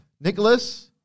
Nicholas